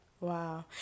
Wow